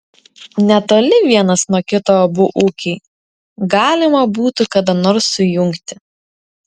netoli vienas nuo kito abu ūkiai galima būtų kada nors sujungti